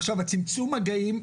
עכשיו הצמצום מגעים,